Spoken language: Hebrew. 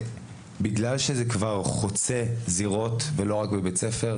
בגלל שזה כבר חוצה זירות ולא רק בבית ספר,